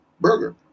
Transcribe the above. burger